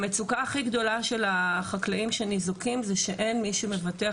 המצוקה הכי גדולה של החקלאים שניזוקים היא שאין מי שאין מבטח,